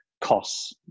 costs